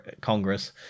Congress